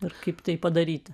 ir kaip tai padaryti